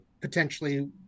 potentially